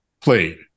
played